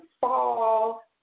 fall